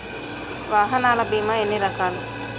వాహనాల బీమా ఎన్ని రకాలు?